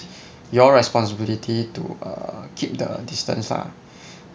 your responsibility to err keep the distance ah